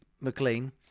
McLean